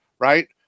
Right